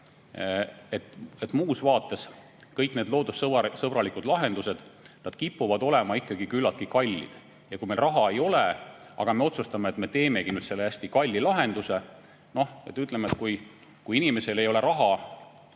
Muus vaates kõik need loodussõbralikud lahendused kipuvad olema ikkagi küllaltki kallid, ja kui meil raha ei ole, aga me otsustame, et me teeme ikkagi nüüd selle hästi kalli lahenduse … Noh, ütleme, et kui inimesel ei ole raha,